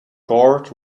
guard